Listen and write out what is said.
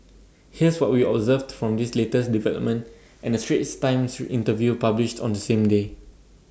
here's for what we observed from this latest development and A straits times interview published on the same day